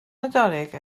nadolig